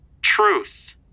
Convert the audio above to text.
Truth